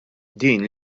din